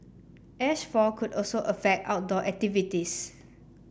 Ash fall could also affect outdoor activities